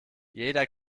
jeder